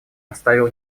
оставил